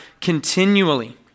continually